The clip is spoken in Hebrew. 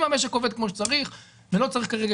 אם המשק עובד כמו שצריך ולא צריך כרגע